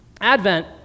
Advent